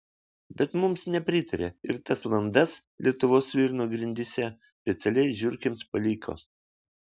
bet mums nepritarė ir tas landas lietuvos svirno grindyse specialiai žiurkėms paliko